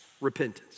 repentance